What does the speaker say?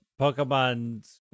Pokemon